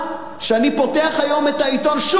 אני פותח את היום את העיתון, שוב,